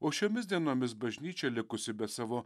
o šiomis dienomis bažnyčia likusi be savo